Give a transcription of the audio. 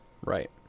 right